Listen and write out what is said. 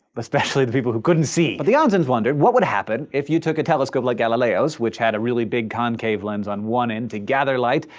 especially the people who couldn't see. but the onsens wondered what would happen if you took a telescope, like galileo's, which had a really big concave lens on one end to gather light,